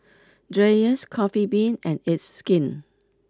Dreyers Coffee Bean and it's skin